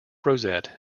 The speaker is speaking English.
rosette